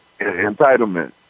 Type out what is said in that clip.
Entitlement